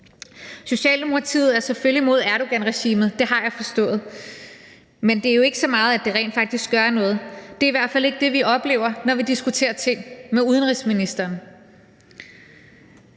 Socialdemokratiet er selvfølgelig imod Erdoganregimet, det har jeg forstået. Men det er jo ikke så meget, at det rent faktisk gør noget. Det er i hvert fald ikke det, vi oplever, når vi diskuterer ting med udenrigsministeren.